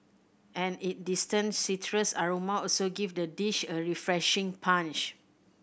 and is distinct citrus aroma also give the dish a refreshing punch